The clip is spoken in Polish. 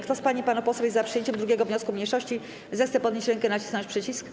Kto z pań i panów posłów jest za przyjęciem 2. wniosku mniejszości, zechce podnieść rękę i nacisnąć przycisk.